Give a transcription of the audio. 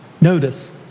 Notice